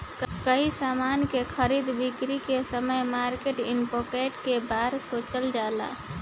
कोई समान के खरीद बिक्री के समय मार्केट इंपैक्ट के बारे सोचल जाला